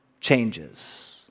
changes